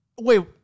Wait